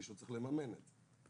מישהו צריך לממן את זה.